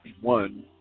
one